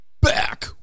back